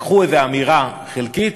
לקחו איזו אמירה חלקית